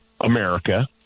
America